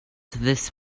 this